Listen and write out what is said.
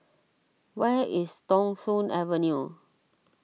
where is Thong Soon Avenue